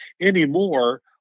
anymore